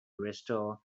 restore